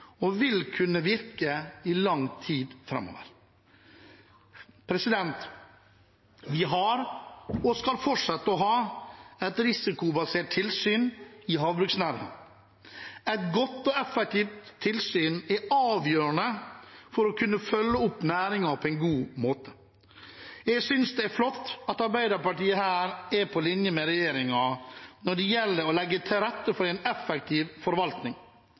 og vil kunne virke i lang tid framover. Vi har og skal fortsette å ha et risikobasert tilsyn i havbruksnæringen. Et godt og effektivt tilsyn er avgjørende for å kunne følge opp næringen på en god måte. Jeg synes det er flott at Arbeiderpartiet her er på linje med regjeringen når det gjelder å legge til rette for en effektiv forvaltning.